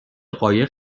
قایق